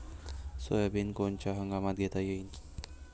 Soybean कोनच्या हंगामात घेता येईन?